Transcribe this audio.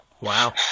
Wow